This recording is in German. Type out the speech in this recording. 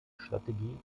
strategie